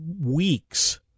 weeks